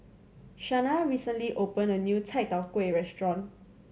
Shana recently open a new Chai Tow Kuay restaurant